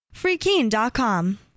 freekeen.com